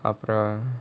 operate